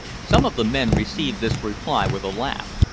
some of the men received this reply with a laugh,